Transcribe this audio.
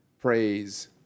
Praise